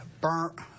burnt